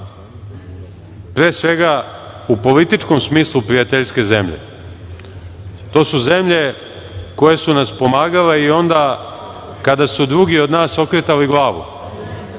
pre svega u političkom smislu prijateljske zemlje, to su zemlje koje su nam pomagale i onda kada su drugi od nas okretali glavu,